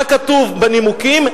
מה כתוב בנימוקים?